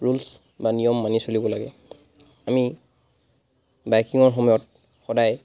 rules বা নিয়ম মানি চলিব লাগে আমি বাইকিঙৰ সময়ত সদায়